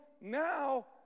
now